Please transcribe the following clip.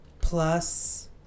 Plus